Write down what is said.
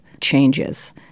changes